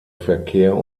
verkehr